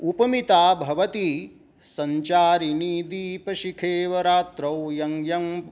उपमिता भवति सञ्चारिणी दीपशिखैव रात्रौ यं यं